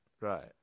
Right